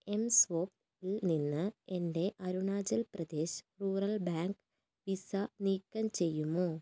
എംസ്വൈപ്പിൽ നിന്ന് എൻ്റെ Arunachal Pradesh rural bank Visa നീക്കം ചെയ്യുമോ